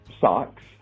socks